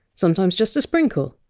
sometimes just a sprinkle,